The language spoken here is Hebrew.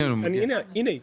הנה היא.